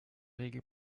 regel